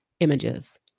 images